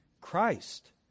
Christ